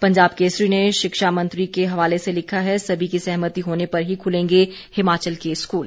पंजाब केसरी ने शिक्षा मंत्री के हवाले से लिखा है समी की सहमति होने पर ही खुलेंगे हिमाचल के स्कूल